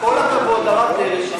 אני רוצה להגיד,